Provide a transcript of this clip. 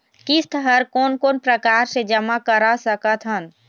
किस्त हर कोन कोन प्रकार से जमा करा सकत हन?